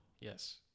Yes